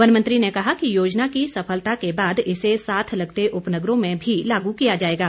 one मंत्री ने कहा कि योजना की सफलता के बाद इसे साथ लगते उपनगरों में भी लागू किया जाएगा